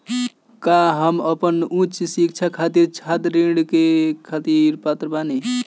का हम अपन उच्च शिक्षा खातिर छात्र ऋण खातिर के पात्र बानी?